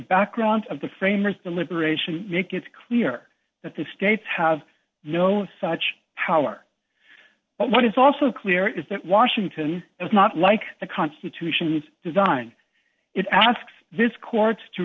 background of the framers deliberation make it clear that the states have no such power but what is also clear is that washington is not like the constitution's design it asks this court to